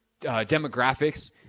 demographics